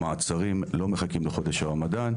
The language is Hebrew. המעצרים לא מחכים לחודש הרמדאן,